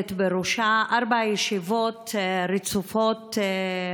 עומדת בראשה, ארבע ישיבות רצופות.